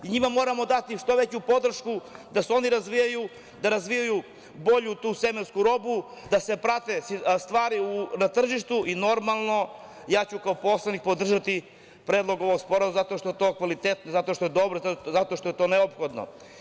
Njima moramo dati što veću podršku da se oni razvijaju, da razvijaju bolju tu semensku robu, da se prate stvari na tržištu i normalno, ja ću kao poslanik podržati predlog ovog sporazuma zato što je to kvalitetno, zato što je to dobro, zato što je to neophodno.